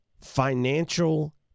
financial